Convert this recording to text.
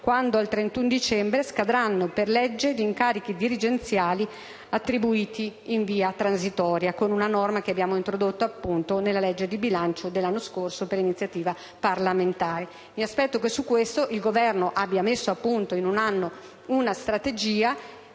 quando il 31 dicembre scadranno per legge gli incarichi dirigenziali attribuiti in via transitoria, con una norma che abbiamo introdotto nella legge di bilancio dell'anno scorso per iniziativa parlamentare. Mi aspetto che su questo il Governo abbia messo a punto in un anno una strategia